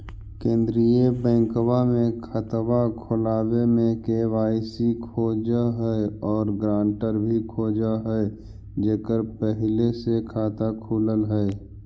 केंद्रीय बैंकवा मे खतवा खोलावे मे के.वाई.सी खोज है और ग्रांटर भी खोज है जेकर पहले से खाता खुलल है?